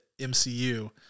MCU